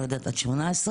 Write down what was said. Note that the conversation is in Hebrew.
לא יודעת עד 18,